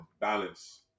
balance